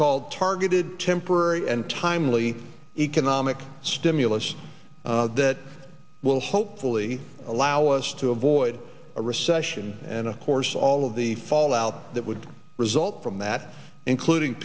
called targeted temporary and timely economic stimulus that will hopefully allow us to avoid a recession and of course all of the fallout that would result from that including